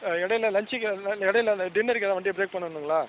இடையில லன்ச்சுக்கு இடையில டின்னருக்கு எதாவது வண்டியை பிரேக் பண்ணனுங்களா